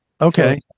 Okay